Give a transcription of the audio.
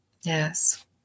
Yes